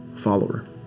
follower